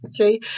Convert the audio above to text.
Okay